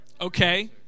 Okay